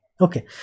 okay